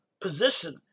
position